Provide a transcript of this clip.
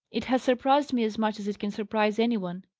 it has surprised me as much as it can surprise any one.